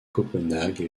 copenhague